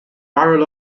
barrel